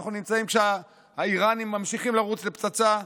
אנחנו נמצאים כשהאיראנים ממשיכים לרוץ לפצצה.